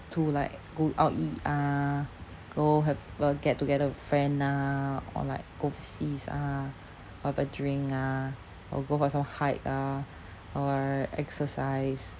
to like go out eat ah go have a go get together with friend ah or like go oversea ah have a drink ah or go for some hike ah or exercise